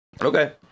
Okay